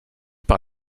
par